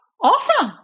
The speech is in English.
awesome